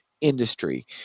industry